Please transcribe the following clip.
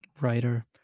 writer